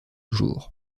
jour